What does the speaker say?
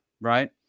right